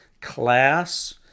class